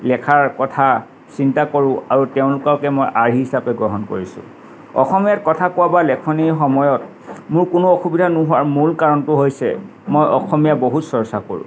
লেখাৰ কথা চিন্তা কৰোঁ আৰু তেওঁলোককে মই আৰ্হি হিচাপে গ্ৰহণ কৰিছোঁ অসমীয়াত কথা কোৱা বা লেখনিৰ সময়ত মোৰ কোনো অসুবিধা নোহোৱাৰ মূল কাৰণটো হৈছে মই অসমীয়া বহুত চৰ্চা কৰোঁ